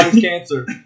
cancer